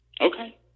Okay